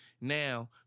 Now